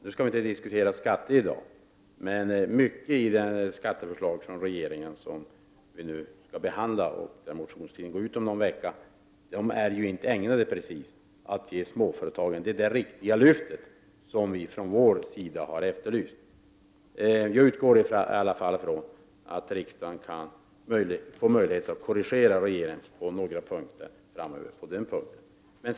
Nu skall vi i dag inte diskutera skatter, men mycket i det skatteförslag från regeringen som skall behandlas — motionstiden går ut om någon vecka — är inte precis ägnat att ge småföretagen det där riktiga lyftet som vi från centerns sida har efterlyst. Jag utgår i varje fall ifrån att riksdagen får möjlighet att göra korrigeringar på den punkten.